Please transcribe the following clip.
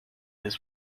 his